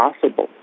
possible